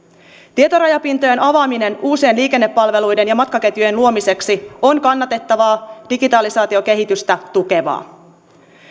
tietorajapintojen avaaminen uusien liikennepalveluiden ja matkaketjujen luomiseksi on kannatettavaa ja digitalisaatiokehitystä tukevaa